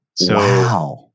Wow